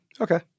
Okay